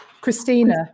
Christina